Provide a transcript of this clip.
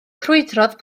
crwydrodd